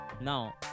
now